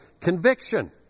conviction